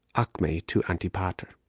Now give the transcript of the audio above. acme to antipater.